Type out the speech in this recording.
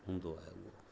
हूंदो आहे उहो